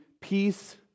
peace